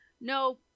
no